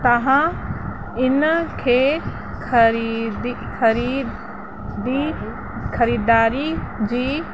तव्हां इन खे ख़रीदी ख़रीदी ख़रीदारी जी